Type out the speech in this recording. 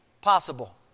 possible